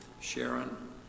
Sharon